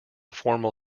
formal